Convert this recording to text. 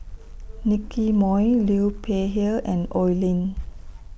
Nicky Moey Liu Peihe and Oi Lin